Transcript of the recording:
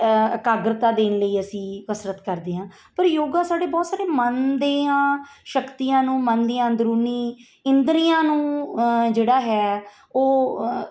ਇਕਾਗਰਤਾ ਦੇਣ ਲਈ ਅਸੀਂ ਕਸਰਤ ਕਰਦੇ ਹਾਂ ਪਰ ਯੋਗਾ ਸਾਡੇ ਬਹੁਤ ਸਾਰੇ ਮਨ ਦੀਆਂ ਸ਼ਕਤੀਆਂ ਨੂੰ ਮਨ ਦੀਆਂ ਅੰਦਰੂਨੀ ਇੰਦਰੀਆਂ ਨੂੰ ਜਿਹੜਾ ਹੈ ਉਹ